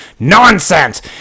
nonsense